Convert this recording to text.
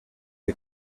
que